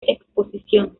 exposición